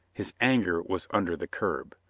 his anger was under the curb.